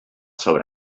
sobre